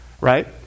right